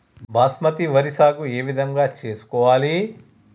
బాస్మతి వరి సాగు ఏ విధంగా చేసుకోవాలి?